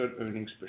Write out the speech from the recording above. earnings